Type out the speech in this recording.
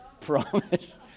Promise